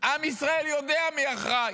עם ישראל יודע מי אחראי,